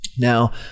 Now